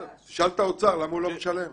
שאל את האוצר למה הוא לא משלם.